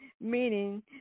Meaning